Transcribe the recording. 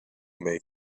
make